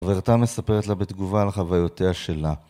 חברתה מספרת לה בתגובה על חוויותיה שלה.